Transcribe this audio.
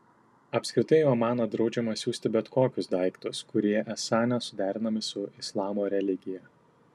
apskritai į omaną draudžiama siųsti bet kokius daiktus kurie esą nesuderinami su islamo religija